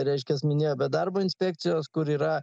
reiškias minėjo be darbo inspekcijos kur yra